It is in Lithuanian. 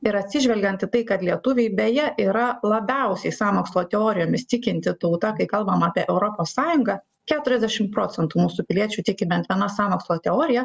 ir atsižvelgiant į tai kad lietuviai beje yra labiausiai sąmokslo teorijomis tikinti tauta kai kalbam apie europos sąjungą keturiasdešim procentų mūsų piliečių tiki bent viena sąmokslo teorija